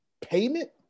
payment